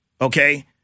okay